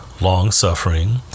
long-suffering